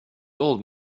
old